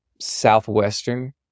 Southwestern